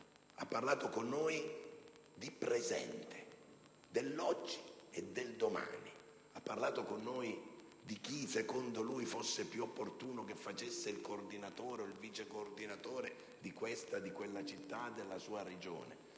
ha parlato con noi del presente, dell'oggi e del domani. Ha parlato con noi di chi secondo lui fosse più opportuno che facesse il coordinatore o il vice coordinatore di questa o di quella città della sua Regione.